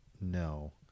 no